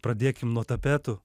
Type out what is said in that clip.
pradėkim nuo tapetų